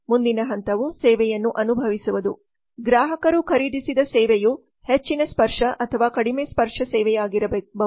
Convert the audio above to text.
ಮುಂದಿನ ಹಂತವು ಸೇವೆಯನ್ನು ಅನುಭವಿಸುವುದು ಗ್ರಾಹಕರು ಖರೀದಿಸಿದ ಸೇವೆಯು ಹೆಚ್ಚಿನ ಸ್ಪರ್ಶ ಅಥವಾ ಕಡಿಮೆ ಸ್ಪರ್ಶ ಸೇವೆಯಾಗಿರಬಹುದು